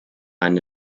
eine